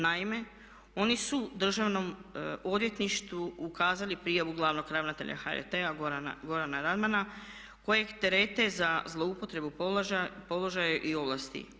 Naime, oni su državnom odvjetništvu ukazali prijavu glavnog ravnatelja HRT-a Gorana Radmana kojeg terete za zloupotrebu položaja i ovlasti.